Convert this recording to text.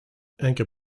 anchor